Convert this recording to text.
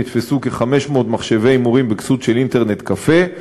נתפסו כ-500 מחשבי הימורים בכסות של "אינטרנט קפה",